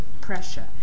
pressure